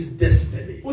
destiny